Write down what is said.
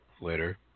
later